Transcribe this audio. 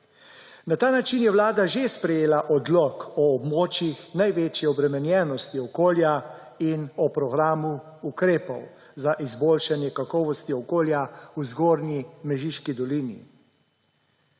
Na ta način je Vlada že sprejela Odlok o območjih največje obremenjenosti okolja in o programu ukrepov za izboljšanje kakovosti okolja v Zgornji Mežiški dolini.